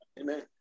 Amen